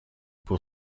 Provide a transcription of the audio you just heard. pour